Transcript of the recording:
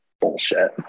bullshit